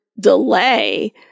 delay